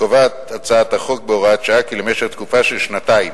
קובעת הצעת החוק בהוראת שעה כי למשך תקופה של שנתיים,